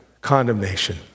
Condemnation